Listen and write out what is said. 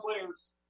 players